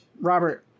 Robert